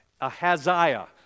Ahaziah